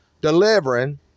delivering